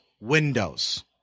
windows